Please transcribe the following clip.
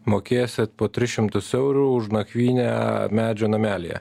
mokėsit po tris šimtus eurų už nakvynę medžio namelyje